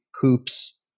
hoops